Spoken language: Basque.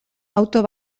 auto